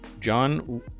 John